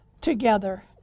together